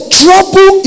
trouble